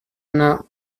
una